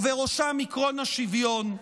ובראשם עקרון השוויון.